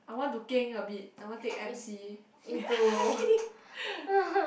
I want to keng a bit I want take m_c kidding